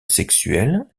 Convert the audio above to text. sexuel